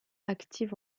actives